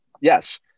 Yes